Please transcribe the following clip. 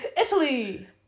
Italy